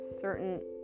certain